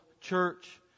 church